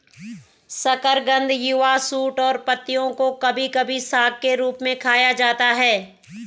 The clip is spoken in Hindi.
शकरकंद युवा शूट और पत्तियों को कभी कभी साग के रूप में खाया जाता है